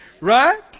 Right